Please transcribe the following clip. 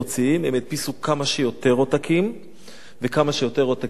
ידפיסו בכמה שיותר עותקים וכמה שיותר עותקים יימכרו,